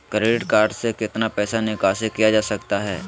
Credit card से कितना पैसा निकासी किया जा सकता है?